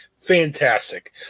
Fantastic